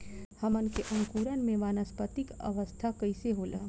हमन के अंकुरण में वानस्पतिक अवस्था कइसे होला?